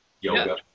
yoga